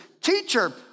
Teacher